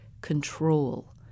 control